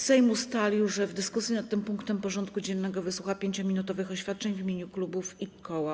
Sejm ustalił, że w dyskusji nad tym punktem porządku dziennego wysłucha 5-minutowych oświadczeń w imieniu klubów i koła.